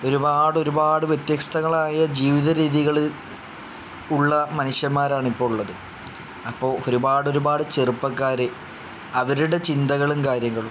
ഒരുപാട് ഒരുപാട് വ്യത്യസ്തങ്ങളായ ജീവിത രീതികൾ ഉള്ള മനുഷ്യന്മാരാണ് ഇപ്പോൾ ഉള്ളത് അപ്പോൾ ഒരുപാട് ഒരുപാട് ചെറുപ്പക്കാർ അവരുടെ ചിന്തകളും കാര്യങ്ങളും